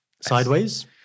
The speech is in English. Sideways